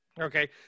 Okay